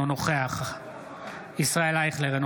אינו נוכח ישראל אייכלר,